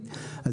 אז